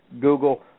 Google